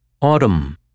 Autumn